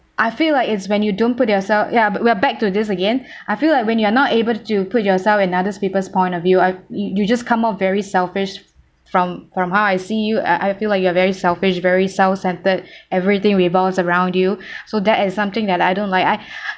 I feel like it's when you don't put yourself ya we're back to this again I feel like when you're not able to put yourself in other people's point of view I you you just come off very selfish from from how I see you I I feel like you are very selfish very self-centered everything revolves around you so that is something that I don't like I